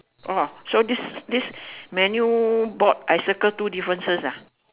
orh so this this menu board I circle two differences ah